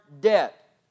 debt